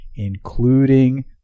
including